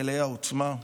מלאי העוצמה.